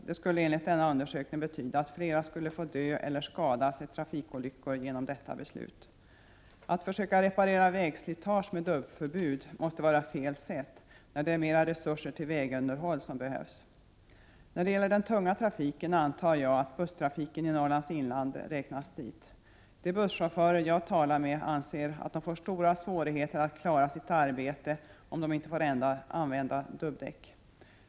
Det skulle enligt denna undersökning betyda att flera skulle dö eller skadas i trafikolyckor genom detta beslut. Att försöka reparera vägslitage genom att införa förbud mot dubbdäck måste vara fel sätt när det är mera resurser till vägunderhåll som behövs. När det gäller den tunga trafiken antar jag att busstrafiken i Norrlands inland räknas dit. De busschaufförer jag talat med anser att de får stora svårigheter att klara sitt arbete om de inte får använda dubbdäck.